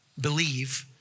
believe